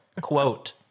quote